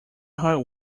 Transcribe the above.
heart